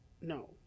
No